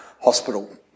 hospital